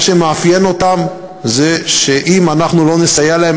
מה שמאפיין אותם זה שאם אנחנו לא נסייע להם,